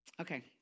Okay